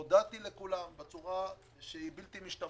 הודעתי לכולם בצורה חד-משמעית